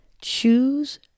Choose